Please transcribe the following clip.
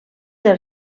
del